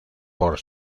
por